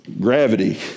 Gravity